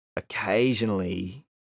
occasionally